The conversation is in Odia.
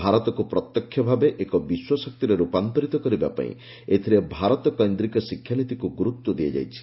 ଭାରତକୁ ପ୍ରତ୍ୟକ୍ଷ ଭାବେ ଏକ ବିଶ୍ୱ ଶକ୍ତିରେ ରୂପାନ୍ତରିତ କରିବାପାଇଁ ଏଥିରେ ଭାରତକୈନ୍ଦ୍ରିକ ଶିକ୍ଷାନୀତିକୁ ଗୁରୁତ୍ୱ ଦିଆଯାଇଛି